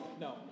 No